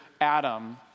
Adam